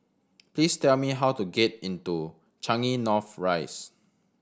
please tell me how to get in to Changi North Rise